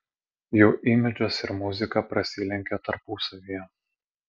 jų imidžas ir muzika prasilenkia tarpusavyje